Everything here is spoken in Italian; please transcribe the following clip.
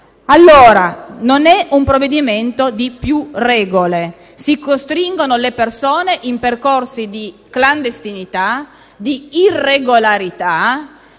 Non è un provvedimento di più regole: si costringono le persone in percorsi di clandestinità, di irregolarità.